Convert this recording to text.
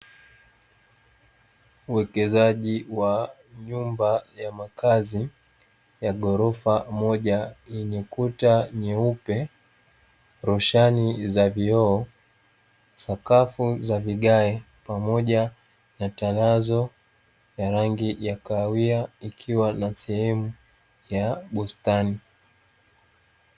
Uwekezaji wa nyumba ya makazi ya ghorofa moja yenye kuta nyeupe, roshani za vioo, sakafu za vigae pamoja na tanazo ya rangi ya kahawia ikiwa na sehemu ya bustani.